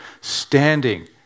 standing